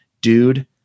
dude